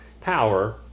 power